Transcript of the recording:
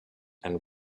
and